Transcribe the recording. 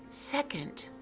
second,